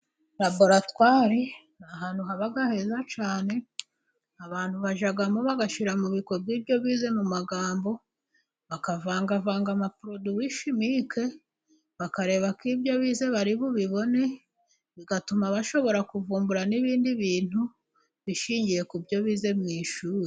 Laboratwari ni ahantu haba heza cyane, abantu bajyamo bagashyira mu bikorwa ibyo bize mu magambo, bakavangavanga ama poroduwi shimike, bakareba ko ibyo bize bari bubibone, bigatuma bashobora kuvumbura n'ibindi bintu, bishingiye ku byo bize mu ishuri.